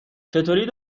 چطوری